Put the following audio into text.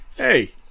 Hey